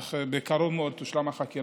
אך בקרוב מאוד תושלם החקירה,